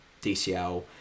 DCL